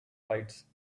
lights